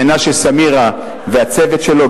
למנשה סמירה והצוות שלו,